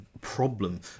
problem